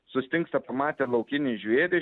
sustingsta pamatę laukinį žvėrį